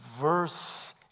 verse